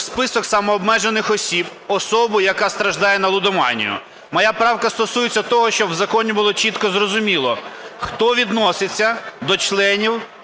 у список самообмежених осіб особу, яка страждає на лудоманію. Моя правка стосується того, щоб в законі було чітко зрозуміло, хто відноситься до членів